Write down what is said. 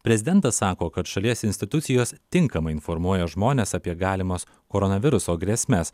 prezidentas sako kad šalies institucijos tinkamai informuoja žmones apie galimas koronaviruso grėsmes